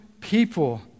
people